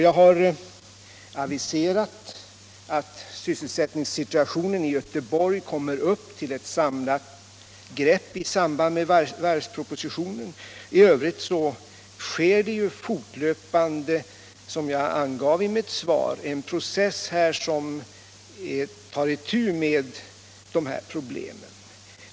Jag har aviserat att sysselsättningssituationen i Göteborg kommer upp i ett samlat grepp i samband med varvspropositionen. I övrigt sker fortlöpande — som jag angav i mitt svar — en process som tar itu med dessa problem.